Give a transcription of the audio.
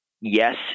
yes